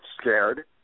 scared